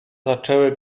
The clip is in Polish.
zaczęły